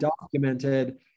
documented